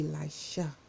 Elisha